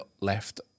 left